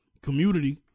community